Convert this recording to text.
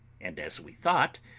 and, as we thought,